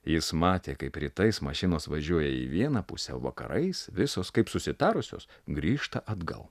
jis matė kaip rytais mašinos važiuoja į vieną pusę o vakarais visos kaip susitarusios grįžta atgal